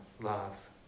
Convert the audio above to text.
love